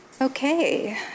Okay